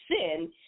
sin